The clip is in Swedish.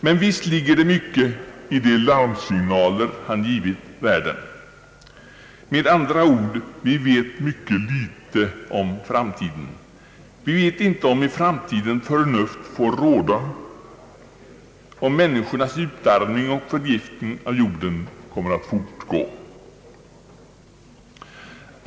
Men visst ligger det mycket i de larmsignaler han givit världen. Med andra ord, vi vet ytterst litet om framtiden. Vi vet inte om förnuftet får råda, om människornas utarmning och förgiftning av jorden kommer att fortgå.